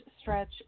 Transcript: stretch